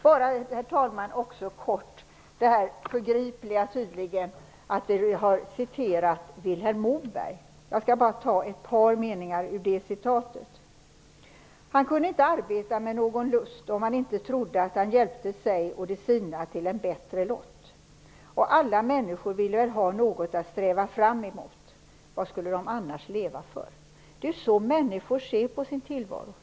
Bara kort, herr talman, det här tydligen förgripliga att vi har citerat Vilhelm Moberg. Jag skall bara ta ett par meningar ur det citatet: Han kunde inte arbeta med någon lust om han inte trodde att han hjälpte sig och de sina till en bättre lott. Alla människor vill väl ha något att sträva fram emot, vad skulle de annars leva för. Det är så människor ser på sin tillvaro.